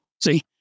See